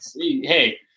hey